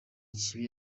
kibi